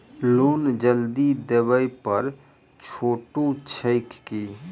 Loan जल्दी देबै पर छुटो छैक की?